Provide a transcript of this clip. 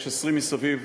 יש 20 מסביב.